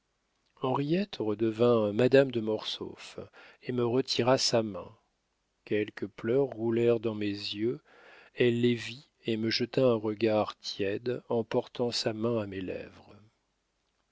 henriette redevint madame de mortsauf et me retira sa main quelques pleurs roulèrent dans mes yeux elle les vit et me jeta un regard tiède en portant sa main à mes lèvres